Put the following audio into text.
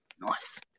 Nice